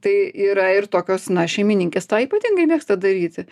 tai yra ir tokios na šeimininkės tą ypatingai mėgsta daryti